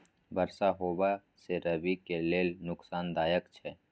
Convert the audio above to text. बरसा होबा से रबी के लेल नुकसानदायक छैय?